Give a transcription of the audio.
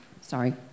sorry